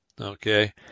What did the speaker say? Okay